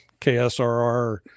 KSRR